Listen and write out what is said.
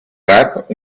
rap